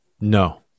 No